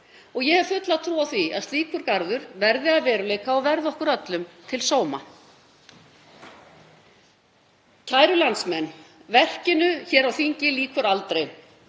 Ég hef fulla trú á því að slíkur garður verði að veruleika og verði okkur öllum til sóma. Kæru landsmenn. Verkinu á þingi lýkur aldrei